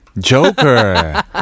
Joker